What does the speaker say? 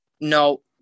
no